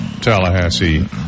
Tallahassee